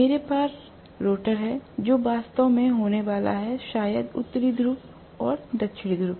मेरे पास रोटर है जो वास्तव में होने वाला है शायद उत्तरी ध्रुव और दक्षिणी ध्रुव